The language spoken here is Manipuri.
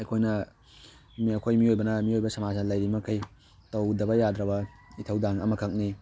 ꯑꯩꯈꯣꯏꯅ ꯑꯩꯈꯣꯏ ꯃꯤꯑꯣꯏꯕꯅ ꯃꯤꯑꯣꯏꯕ ꯁꯃꯥꯖꯅ ꯂꯩꯔꯤ ꯃꯈꯩ ꯇꯧꯗꯕ ꯌꯥꯗ꯭ꯔꯕ ꯏꯊꯧꯗꯥꯡ ꯑꯃꯈꯛꯅꯤ